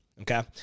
Okay